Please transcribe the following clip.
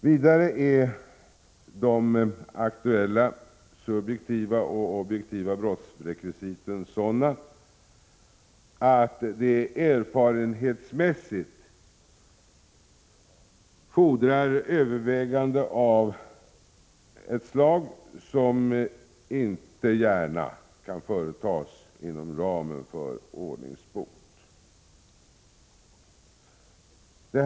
Vidare är de aktuella subjektiva och objektiva brottsrekvisiten sådana att de erfarenhetsmässigt fordrar övervägande av ett slag som inte gärna kan företas inom ramen för ordningsbot.